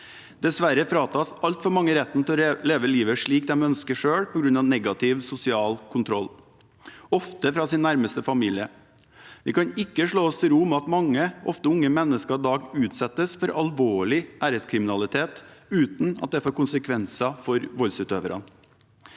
Dessverre fratas altfor mange retten til å leve livet slik de selv ønsker, på grunn av negativ sosial kontroll, ofte fra sin nærmeste familie. Vi kan ikke slå oss til ro med at mange, ofte unge, mennesker i dag utsettes for alvorlig æreskriminalitet, uten at det får konsekvenser for voldsutøverne.